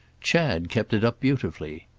chad kept it up beautifully.